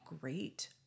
great